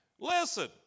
Listen